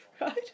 right